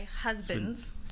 husband's